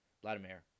Vladimir